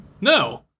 No